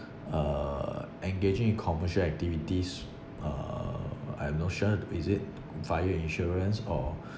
uh engaging in commercial activities uh I'm not sure is it fire insurance or